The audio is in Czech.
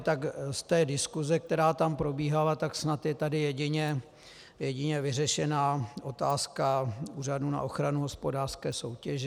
Tak z té diskuse, která tam probíhala, snad je tam jedině vyřešená otázka Úřadu na ochranu hospodářské soutěže.